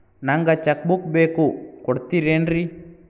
ನಂಗ check book ಬೇಕು ಕೊಡ್ತಿರೇನ್ರಿ?